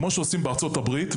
כמו שעושים בארצות-הברית.